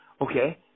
okay